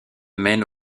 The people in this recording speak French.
mène